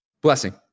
Blessing